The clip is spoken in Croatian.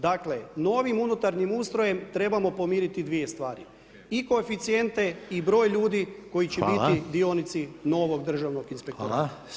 Dakle, novim unutarnjim ustrojem trebamo pomiriti dvije stvari i koeficijente i broj ljudi koji će biti [[Upadica: Hvala.]] dionici novog Državnog inspektorata.